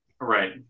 Right